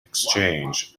exchange